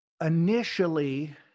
Initially